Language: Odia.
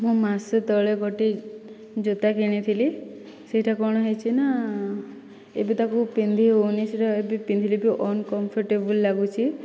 ମୁଁ ମାସେ ତଳେ ଗୋଟିଏ ଜୋତା କିଣିଥିଲି ସେ'ଟା କ'ଣ ହୋଇଛି ନା ଏବେ ତାକୁ ପିନ୍ଧି ହେଉନି ସେ'ଟା ଏବେ ପିନ୍ଧିଲେ ବି ଅନ୍କମ୍ଫର୍ଟେବୁଲ ଲାଗୁଛି